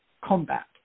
combat